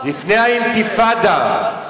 לפני האינתיפאדה,